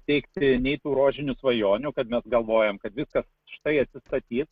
teigti nei tų rožinių svajonių kad mes galvojam kad viskas štai atsistatys